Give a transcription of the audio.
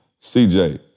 CJ